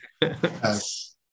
Yes